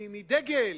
מדגל,